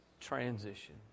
Transition